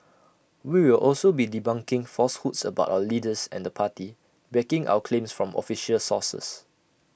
we will also be debunking falsehoods about our leaders and the party backing our claims from official sources